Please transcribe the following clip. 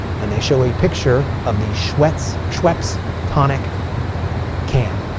and they show a picture of the schweppes schweppes tonic can.